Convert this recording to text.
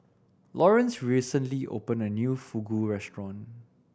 Lawerence recently opened a new Fugu Restaurant